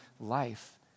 life